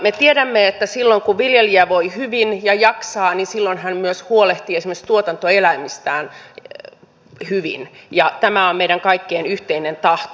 me tiedämme että silloin kun viljelijä voi hyvin ja jaksaa niin hän myös huolehtii esimerkiksi tuotantoeläimistään hyvin ja tämä on meidän kaikkien yhteinen tahto